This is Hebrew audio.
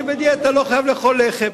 מי שבדיאטה לא חייב לאכול לחם,